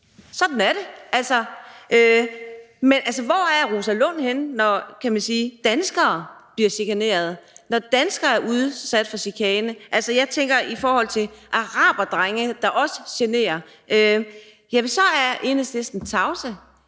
sådan er det. Men hvor er Rosa Lund henne, når – kan man sige – danskere bliver chikaneret, når danskere er udsat for chikane? Jeg tænker på araberdrenge, der også generer. Så er Enhedslisten tavse.